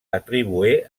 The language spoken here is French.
attribué